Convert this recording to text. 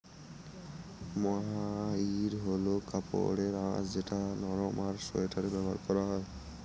মহাইর হল কাপড়ের আঁশ যেটা নরম আর সোয়াটারে ব্যবহার করা হয়